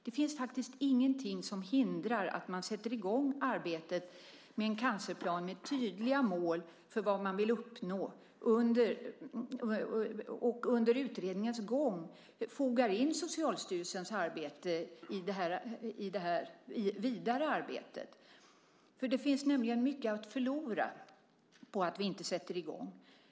Det finns faktiskt ingenting som hindrar att man sätter i gång arbetet med en cancerplan med tydliga mål för vad man vill uppnå och under utredningens gång fogar in Socialstyrelsens arbete i det vidare arbetet. Det finns nämligen mycket att förlora på att vi inte sätter i gång.